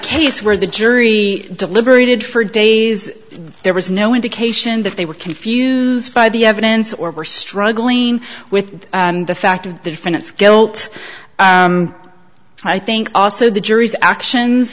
case where the jury deliberated for days there was no indication that they were confused by the evidence or were struggling with the fact of the defendant's guilt i think also the jury's actions